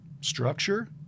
structure